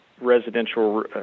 residential